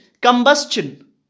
combustion